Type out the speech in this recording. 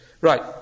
Right